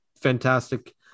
fantastic